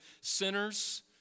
sinners